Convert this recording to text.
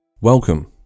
Welcome